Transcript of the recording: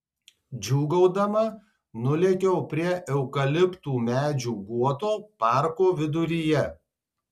džiūgaudama nulėkiau prie eukaliptų medžių guoto parko viduryje